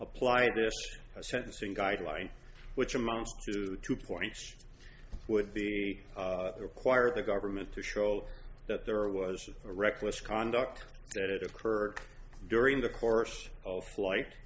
apply a sentencing guideline which among the two points would be require the government to show that there was a reckless conduct that occurred during the course of flight